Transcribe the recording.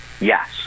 Yes